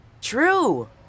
True